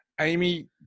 Amy